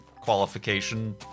qualification